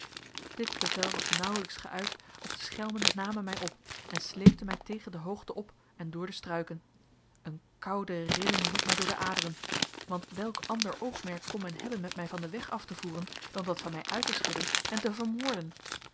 dit bevel was nauwlijks geuit of de schelmen namen mij op en sleepten mij tegen de hoogte op en door de struiken een koude rilling liep mij door de aderen want welk ander oogmerk kon men hebben met mij van den weg af te voeren dan dat van mij uit te schudden en te vermoorden